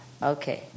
Okay